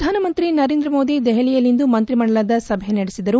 ಪ್ರಧಾನಮಂತ್ರಿ ನರೇಂದ್ರ ಮೋದಿ ದೆಹಲಿಯಲ್ಲಿಂದು ಮಂತ್ರಿಮಂಡಲದ ಸಭೆ ನಡೆಸಿದರು